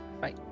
bye